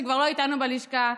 שכבר לא איתנו בלשכה,